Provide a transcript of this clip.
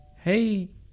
Hey